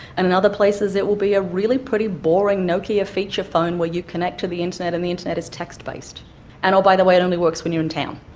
and in other places it will be a really pretty boring nokia feature phone where you connect to the internet and the internet is textbased and, by the way, it only works when you're in town.